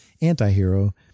anti-hero